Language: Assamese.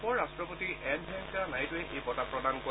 উপ ৰাষ্ট্ৰপতি এম ভেংকায়া নাইডুৱে এই বঁটা প্ৰদান কৰিব